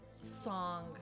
song